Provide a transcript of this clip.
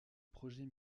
projet